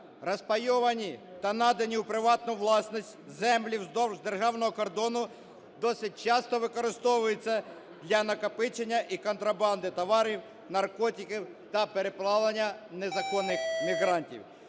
розпайовані та надані у приватну власність землі вздовж державного кордону досить часто використовуються для накопичення і контрабанди товарів, наркотиків та переправлення незаконних мігрантів.